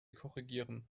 korrigieren